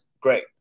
Great